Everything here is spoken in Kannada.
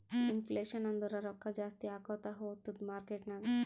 ಇನ್ಫ್ಲೇಷನ್ ಅಂದುರ್ ರೊಕ್ಕಾ ಜಾಸ್ತಿ ಆಕೋತಾ ಹೊತ್ತುದ್ ಮಾರ್ಕೆಟ್ ನಾಗ್